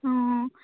অঁ